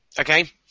Okay